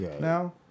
now